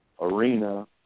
arena